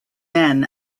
men